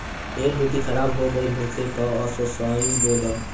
ढेर माटी खराब हो गइल होखे तअ असो सनइ बो दअ